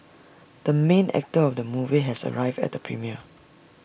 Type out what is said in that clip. the main actor of the movie has arrived at the premiere